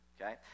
okay